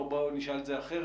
או בואו נשאל את זה אחרת,